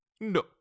No